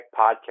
Podcast